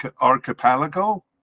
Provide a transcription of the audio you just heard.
archipelago